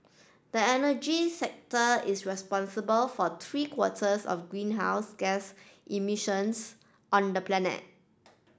the energy sector is responsible for three quarters of greenhouse gas emissions on the planet